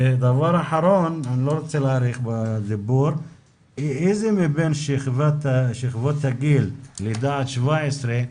הדבר האחרון, איזה מבין שכבות הגיל, לידה עד 17,